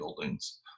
buildings